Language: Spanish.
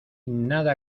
nada